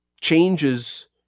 changes